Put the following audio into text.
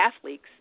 athletes